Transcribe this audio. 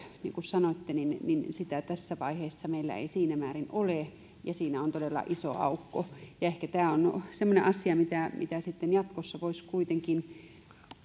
niin kuin sanoitte meillä ei tässä vaiheessa siinä määrin ole ja siinä on todella iso aukko ehkä tämä on semmoinen asia mitä sitten jatkossa voisi kuitenkin